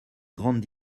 grandes